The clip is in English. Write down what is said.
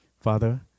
Father